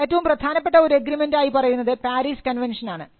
ഏറ്റവും പ്രധാനപ്പെട്ട ഒരു എഗ്രിമെൻറ് ആയി പറയുന്നത് പാരീസ് കൺവെൻഷൻ ആണ്